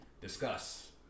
discuss